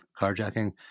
carjacking